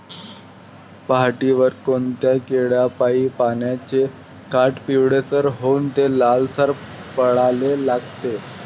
पऱ्हाटीवर कोनत्या किड्यापाई पानाचे काठं पिवळसर होऊन ते लालसर पडाले लागते?